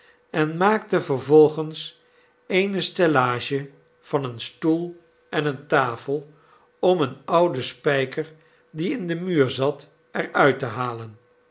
en maakte vervolgens eene stellage van een stoel en eene tafel om een ouden spijker die in den muur zat er uit te halen